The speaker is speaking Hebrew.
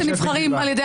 היא תמצא עליי